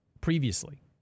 previously